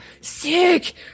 sick